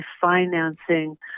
financing